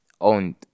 owned